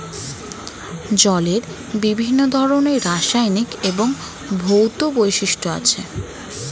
জলের বিভিন্ন ধরনের রাসায়নিক এবং ভৌত বৈশিষ্ট্য আছে